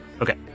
Okay